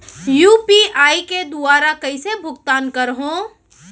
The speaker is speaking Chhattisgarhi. यू.पी.आई के दुवारा कइसे भुगतान करहों?